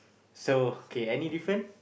so okay any different